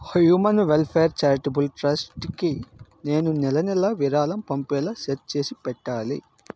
human welfare charitable trust కి నేను నెల నెలా విరాళం పంపేలా సెట్ చేసి పెట్టాలి